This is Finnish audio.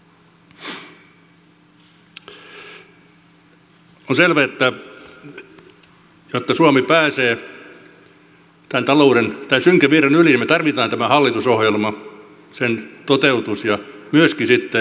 on selvää että jotta suomi pääsee tämän synkän virran yli me tarvitsemme tämän hallitusohjelman sen toteutuksen ja myöskin sitten tämän yhteiskuntasopimuksen